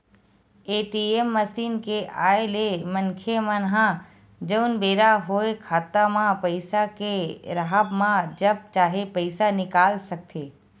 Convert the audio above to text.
ATM machine के आय ले मनखे मन ह जउन बेरा होय खाता म पइसा के राहब म जब चाहे पइसा निकाल सकथे